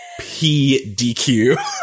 PDQ